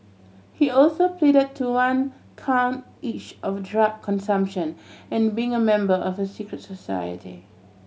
he also pleaded to one count each of drug consumption and being a member of a secret society